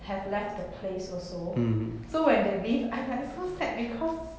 have left the place also so when they leave I like so sad because